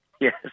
Yes